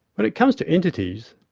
when it comes to entities,